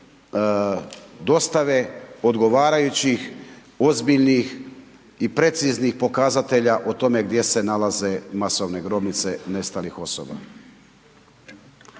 dostave odgovarajućih, ozbiljnih i preciznih pokazatelja o tome gdje se nalaze masovne grobnice nestalih osoba.